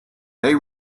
they